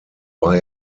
war